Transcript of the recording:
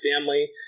family